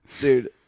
Dude